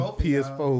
ps4